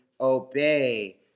obey